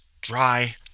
dry